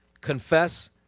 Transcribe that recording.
Confess